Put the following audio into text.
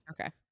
Okay